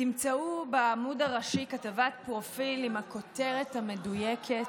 תמצאו בעמוד הראשי כתבת פרופיל עם הכותרת המדויקת,